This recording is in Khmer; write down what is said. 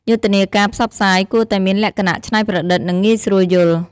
យុទ្ធនាការផ្សព្វផ្សាយគួរតែមានលក្ខណៈច្នៃប្រឌិត និងងាយស្រួលយល់។